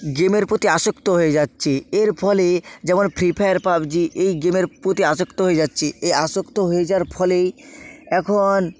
গেমের প্রতি আসক্ত হয়ে যাচ্চে এর ফলে যেমন ফ্রি ফায়ার পাবজি এই গেমের প্রতি আসক্ত হয়ে আছে এই আসক্ত হয়ে যাওয়ার ফলেই এখন